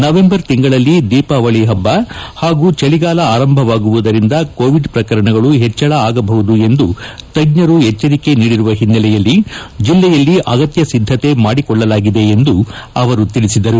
November ತಿಂಗಳಲ್ಲಿ ದೀಪಾವಳಿ ಹಬ್ಬ ಪಾಗೂ ಚಳಿಗಾಲ ಆರಂಭವಾಗುವುದರಿಂದ ಕೋವಿಡ್ ಪ್ರಕರಣಗಳು ಹೆಚ್ಚಳ ಆಗಬಹುದು ಎಂದು ತಜ್ವರು ಎಚ್ಚರಿಕೆ ನೀಡಿರುವ ಹಿನ್ನಲೆಯಲ್ಲಿ ಜಲ್ಲೆಯಲ್ಲಿ ಅಗತ್ಯ ಸಿದ್ದತೆ ಮಾಡಿಕೊಳ್ಳಲಾಗಿದೆ ಎಂದು ತಿಳಿಸಿದ್ದಾರೆ